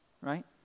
right